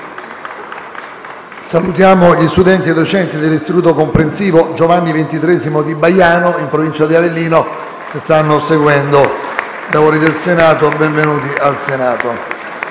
Salutiamo gli studenti e i docenti dell'Istituto comprensivo «Giovanni XXIII» di Baiano, in provincia di Avellino, che stanno seguendo i nostri lavori. Benvenuti al Senato.